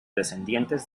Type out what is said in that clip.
descendientes